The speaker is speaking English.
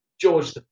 George